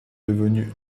devenu